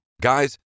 Guys